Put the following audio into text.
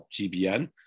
GBN